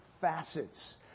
facets